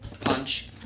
punch